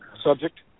subject